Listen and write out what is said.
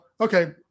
okay